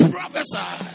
Prophesy